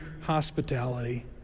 hospitality